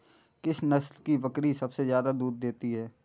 किस नस्ल की बकरी सबसे ज्यादा दूध देती है?